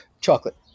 Chocolate